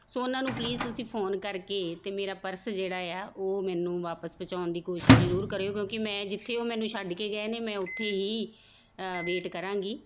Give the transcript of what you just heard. ਸੋ ਉਹਨਾਂ ਨੂੰ ਪਲੀਜ਼ ਤੁਸੀਂ ਫੋਨ ਕਰਕੇ ਅਤੇ ਮੇਰਾ ਪਰਸ ਜਿਹੜਾ ਆ ਉਹ ਮੈਨੂੰ ਵਾਪਸ ਪਹੁੰਚਾਉਣ ਦੀ ਕੋਸ਼ਿਸ਼ ਜ਼ਰੂਰ ਕਰਿਓ ਕਿਉਂਕਿ ਮੈਂ ਜਿੱਥੇ ਉਹ ਮੈਨੂੰ ਛੱਡ ਕੇ ਗਏ ਨੇ ਮੈਂ ਉੱਥੇ ਹੀ ਵੇਟ ਕਰਾਂਗੀ